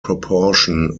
proportion